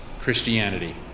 Christianity